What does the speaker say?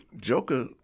Joker